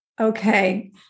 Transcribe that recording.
Okay